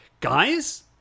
Guys